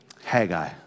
Haggai